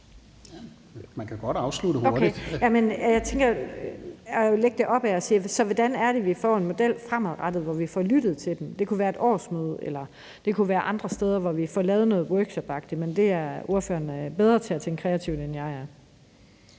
Okay. Jamen jeg tænker, at vi skal lægge det op og sige: Hvordan er det, vi får en model fremadrettet, hvor vi får lyttet til dem? Det kunne være et årsmøde, eller det kunne være andre steder, hvor vi får lavet noget workshopagtigt, men der er ordføreren bedre til at tænke kreativt, end jeg er.